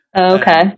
Okay